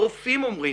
הרופאים אומרים